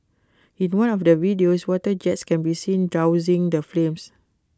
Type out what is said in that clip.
in one of the videos water jets can be seen dousing the flames